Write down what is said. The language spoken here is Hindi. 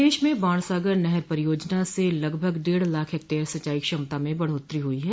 प्रदेश में बाणसागर नहर परियोजना से लगभग डेढ़ लाख हेक्टयर सिंचाई क्षमता में बढ़ोत्तरी हुई है